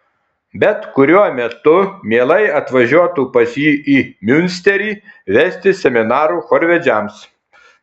bet kuriuo metu mielai atvažiuotų pas jį į miunsterį vesti seminarų chorvedžiams